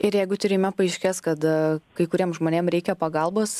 ir jeigu tyrime paaiškės kad kai kuriem žmonėm reikia pagalbos